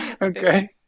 Okay